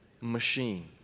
machine